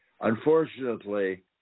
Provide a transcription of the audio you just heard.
unfortunately